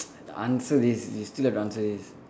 answer this you still have to answer this